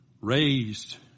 raised